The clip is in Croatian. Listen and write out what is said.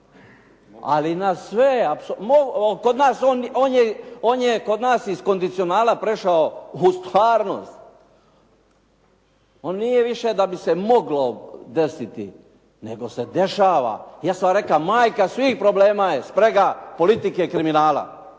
Kod nas on je iz kondicionala prešao u stvarnost. On nije više da bi se moglo desiti nego se dešava. Ja sam rekao majka svih problema je sprega politike i kriminala